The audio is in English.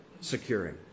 securing